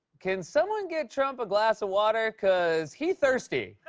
can someone get trump a glass of water? cause he thirsty.